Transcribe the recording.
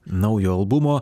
naujo albumo